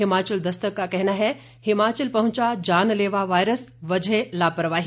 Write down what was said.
हिमाचल दस्तक का कहना है हिमाचल पहुंचा जानलेवा वायरस वजह लापरवाही